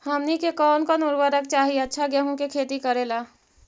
हमनी के कौन कौन उर्वरक चाही अच्छा गेंहू के खेती करेला?